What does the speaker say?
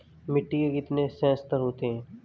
मिट्टी के कितने संस्तर होते हैं?